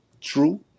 true